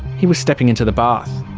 he was stepping into the bath.